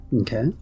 Okay